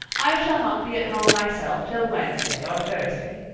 i shall not be at home myself till wednesday or thursday,